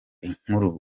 inkuru